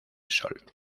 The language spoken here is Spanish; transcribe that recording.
sol